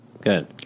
good